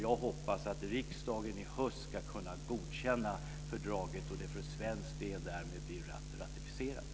Jag hoppas att riksdagen i höst ska kunna godkänna fördraget och att det för svensk del därmed blir ratificerat.